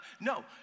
No